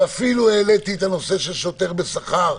אפילו העליתי את הנושא של שוטר בשכר,